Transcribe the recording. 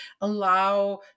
allow